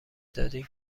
دادین